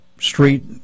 street